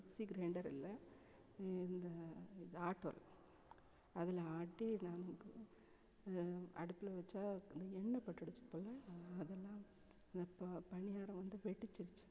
mixie grinder இல்லை இந்த இது ஆட்டு உரல் அதில் ஆட்டி நான் அடுப்பில் வெச்சால் இந்த எண்ணெய் பட்டுடுச்சி போல் அதெல்லாம் அந்த ப பணியாரம் வந்து வெடிச்சிடுச்சி